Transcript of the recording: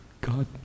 God